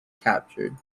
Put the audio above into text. captured